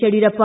Yediyurappa